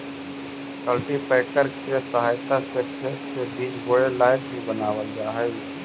cultipacker के सहायता से खेत के बीज बोए लायक भी बनावल जा हई